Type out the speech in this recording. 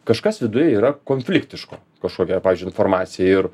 kažkas viduj yra konfliktiško kažkokia pavyzdžiui informacija ir